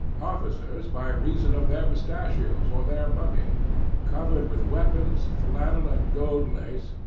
officers by reason of their mustachios or their money covered with weapons, flannel and gold lace,